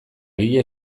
egile